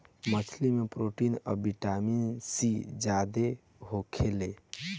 मछली में प्रोटीन आ विटामिन सी ज्यादे होखेला